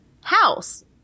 house